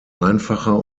einfacher